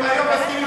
הם מסכימים היום.